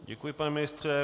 Děkuji, pane ministře.